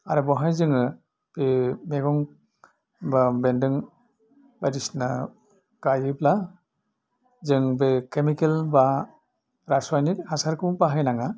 आरो बावहाय जोङो बे मैगं बा बेन्दों बायदिसिना गायोब्ला जों बे केमिकेल बा रासाइनिक हासारखौ बाहाय नाङा